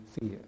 fear